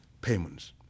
payments